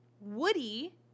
Woody